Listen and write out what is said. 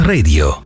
Radio